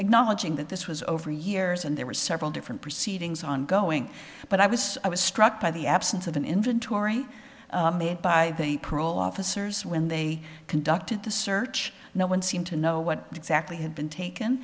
acknowledging that this was over the years and there were several different proceedings ongoing but i was struck by the absence of an inventory made by a parole officers when they conducted the search no one seemed to know what exactly had been taken